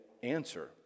answer